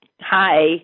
Hi